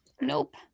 Nope